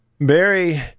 Barry